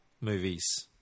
movies